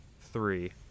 three